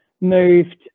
moved